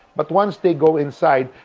but once they go inside,